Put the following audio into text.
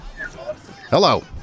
Hello